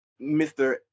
Mr